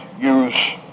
use